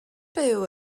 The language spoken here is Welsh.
byw